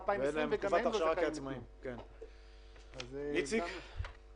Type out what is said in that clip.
מדינת ישראל שלחה לוויין לחלל, אז אני מניח שהיא